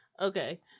Okay